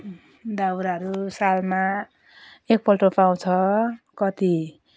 दाउराहरू सालमा एकपल्ट पाउँछ कति